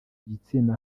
igitsina